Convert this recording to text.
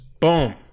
Boom